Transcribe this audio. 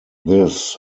this